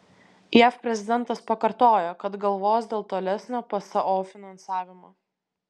jav prezidentas pakartojo kad galvos dėl tolesnio pso finansavimo